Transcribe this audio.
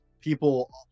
people